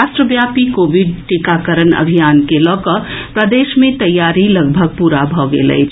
राष्ट्रव्यापी कोविड टीकाकरण अभियान के लऽ कऽ प्रदेश मे तैयारी लगभग पूरा भऽ गेल अछि